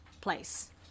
place